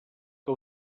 que